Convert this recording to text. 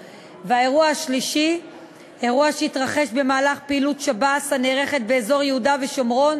3. אירוע שהתרחש במהלך פעילות שב"ס הנערכת באזור יהודה ושומרון